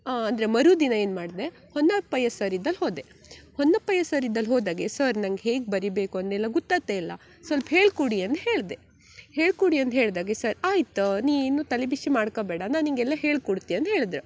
ಆಂ ಅಂದರೆ ಮರುದಿನ ಏನು ಮಾಡಿದೆ ಹೊನ್ನಪ್ಪಯ್ಯ ಸರ್ ಇದ್ದಲ್ಲಿ ಹೋದೆ ಹೊನ್ನಪ್ಪಯ್ಯ ಸರ್ ಇದ್ದಲ್ಲಿ ಹೋದಾಗ ಸರ್ ನಂಗೆ ಹೇಗೆ ಬರಿಬೇಕು ಅದನ್ನೆಲ್ಲ ಗೊತ್ತಾತೆ ಇಲ್ಲ ಸಲ್ಪ ಹೇಳಿ ಕೊಡಿ ಅಂದು ಹೇಳಿದೆ ಹೇಳಿಕೊಡಿ ಅಂದು ಹೇಳ್ದಾಗ ಸರ್ ಆಯಿತು ನೀ ಏನು ತಲೆಬಿಸಿ ಮಾಡಿಕೋಬೇಡ ನಾನು ನಿನಗೆಲ್ಲ ಹೇಳ್ಕೊಡ್ತೆ ಅಂದು ಹೇಳಿದ್ರು